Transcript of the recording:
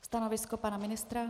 Stanovisko pana ministra?